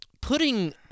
putting